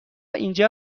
اینجا